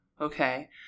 Okay